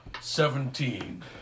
Seventeen